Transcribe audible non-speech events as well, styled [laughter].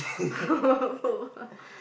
[laughs] both ah